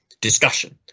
discussion